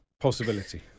possibility